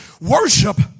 Worship